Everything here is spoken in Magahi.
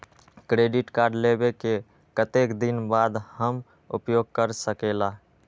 क्रेडिट कार्ड लेबे के कतेक दिन बाद हम उपयोग कर सकेला?